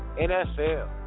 NFL